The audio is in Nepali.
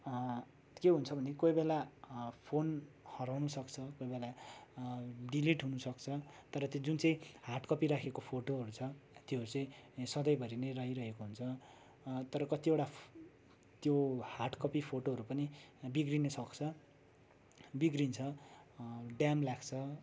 के हुन्छ भने कोही बेला फोन हराउनु सक्छ कोही बेला डिलिट हुनु सक्छ तर त्यो जुन चाहिँ हार्ड कपीहरू राखेको फोटोहरू छ त्योहरू चाहिँ सधैँभरि नै रहिरहेको हुन्छ तर कतिवटा त्यो हार्ड कपी फोटोहरू पनि बिग्रिनु सक्छ बिग्रिन्छ ड्याम्प लाग्छ